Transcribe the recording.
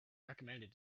recommended